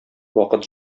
вакыт